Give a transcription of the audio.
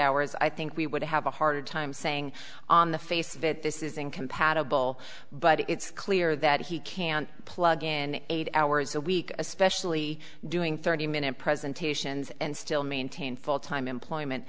hours i think we would have a hard time saying on the face of it this is incompatible but it's clear that he can't plug in eight hours a week especially doing thirty minute presentations and still maintain full time employment